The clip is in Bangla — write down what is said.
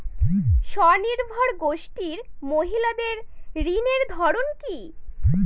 স্বনির্ভর গোষ্ঠীর মহিলাদের ঋণের ধরন কি?